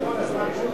על חשבון הזמן שלי.